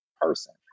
person